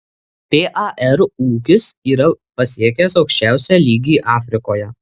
par ūkis yra pasiekęs aukščiausią lygį afrikoje